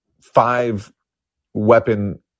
five-weapon